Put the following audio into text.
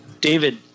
David